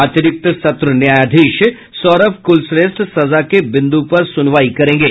अतिरिक्त सत्र न्यायाधीश सौरभ कुलश्रेष्ठ सजा के बिंदु पर सुनवाई करेंगे